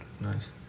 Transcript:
Nice